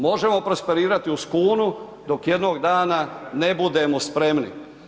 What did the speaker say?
Možemo prosperirati uz kunu, dok jednog dana ne budemo spremni.